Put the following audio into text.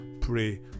pray